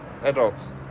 adults